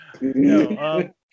No